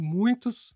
muitos